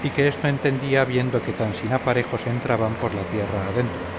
y que esto entendía viendo que tan sin aparejo se entraban por la tierra adentro